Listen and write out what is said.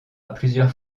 plusieurs